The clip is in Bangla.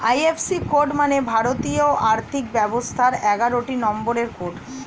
আই.এফ.সি কোড মানে ভারতীয় আর্থিক ব্যবস্থার এগারোটি নম্বরের কোড